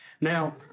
Now